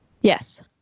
Yes